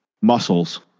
muscles